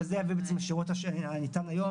וזה השירות הניתן היום לאזרחים.